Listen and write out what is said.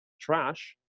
trash